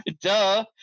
Duh